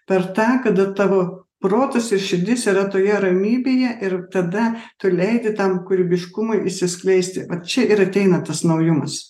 per tą kada tavo protas ir širdis yra toje ramybėje ir tada tu leidi tam kūrybiškumui išsiskleisti vat čia ir ateina tas naujumas